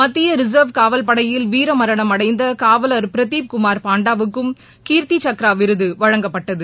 மத்திய ரிசா்வ் காவல் படையில் வீரமரணம் அடைந்த காவலர் பிரதீப்குமார் பாண்டாவுக்கும் கீர்த்தி சக்ரா விருது வழங்கப்பட்டது